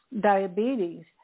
diabetes